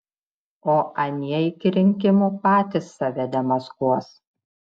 o anie iki rinkimų patys save demaskuos